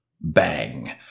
Bang